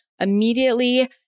Immediately